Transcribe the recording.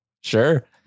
Sure